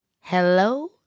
Hello